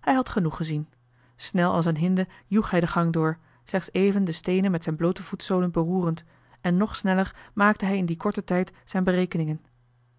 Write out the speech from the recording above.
hij had genoeg gezien snel als een hinde joeg hij de gang door slechts even de steenen met zijn bloote voetzoolen beroerend en nog sneller maakte hij in dien korten tijd zijn berekeningen